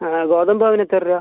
ആ ആ ഗോതമ്പ് മാവിന് എത്ര രൂപ